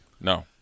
No